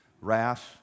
wrath